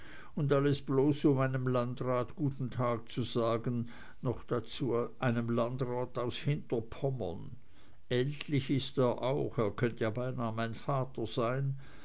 und alles bloß um einem landrat guten tag zu sagen noch dazu einem landrat aus hinterpommern altlich ist er auch er könnte ja beinah mein vater sein